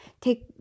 take